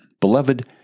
Beloved